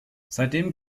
seitdem